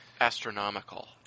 astronomical